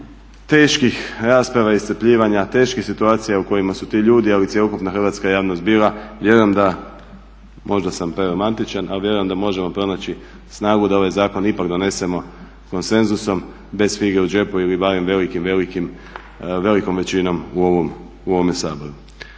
teških rasprava i iscrpljivanja, teških situacija u kojima su ti ljudi ali i cjelokupna hrvatska javnost bila vjerujem da možda sam preromantičan ali vjerujem da možemo pronaći snagu da ovaj zakon ipak donesemo konsenzusom bez fige u džepu ili barem velikim, velikom većinom u ovome Saboru.